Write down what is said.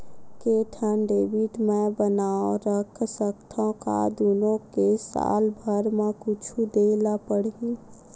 के ठन डेबिट मैं बनवा रख सकथव? का दुनो के साल भर मा कुछ दे ला पड़ही?